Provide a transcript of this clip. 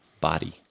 body